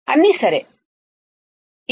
అన్నీ సరే